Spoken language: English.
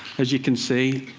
as you can see,